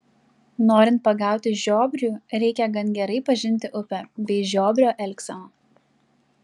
norint pagauti žiobrių reikia gan gerai pažinti upę bei žiobrio elgseną